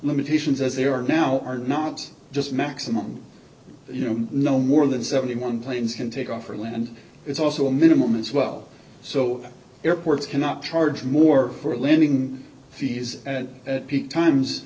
limitations as they are now are not just maximum you know no more than seventy one dollars planes can take off or land is also a minimum as well so airports cannot charge more for landing fees at peak times